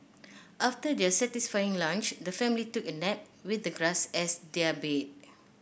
after their satisfying lunch the family took a nap with the grass as their bed